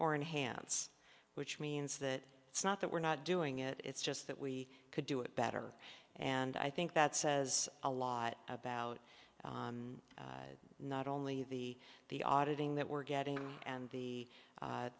or inhance which means that it's not that we're not doing it it's just that we could do it better and i think that says a lot about not only the the auditing that we're getting and the